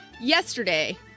yesterday